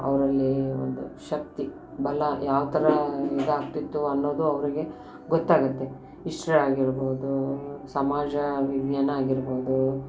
ಅವರಲ್ಲಿ ಒಂದು ಶಕ್ತಿ ಬಲ ಯಾವ ಥರ ಇದಾಗ್ತಿತ್ತು ಅನ್ನೋದು ಅವರಿಗೆ ಗೊತ್ತಾಗುತ್ತೆ ಇಸ್ಟ್ರಿ ಆಗಿರ್ಬೋದು ಸಮಾಜ ವಿಜ್ಞಾನ ಆಗಿರ್ಬೋದು